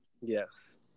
Yes